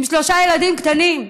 עם שלושה ילדים קטנים.